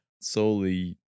solely